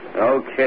Okay